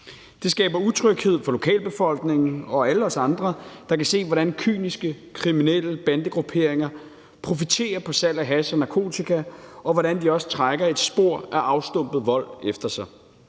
Det skaber utryghed for lokalbefolkningen og alle os andre, der kan se, hvordan kyniske kriminelle bandegrupperinger profiterer på salg af hash og narkotika, og hvordan de også trækker et spor af afstumpet vold efter sig.